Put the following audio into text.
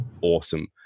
Awesome